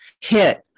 hit